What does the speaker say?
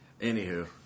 Anywho